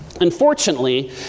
unfortunately